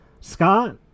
Scott